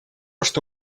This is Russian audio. что